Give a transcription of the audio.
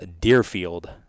Deerfield